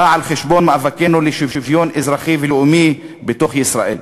על חשבון מאבקנו לשוויון אזרחי ולאומי בתוך ישראל.